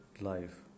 life